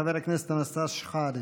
חבר הכנסת אנטאנס שחאדה.